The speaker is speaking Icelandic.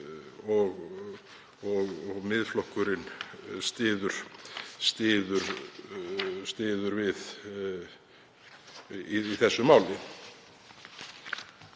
og Miðflokkurinn styður við í þessu máli.